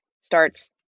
starts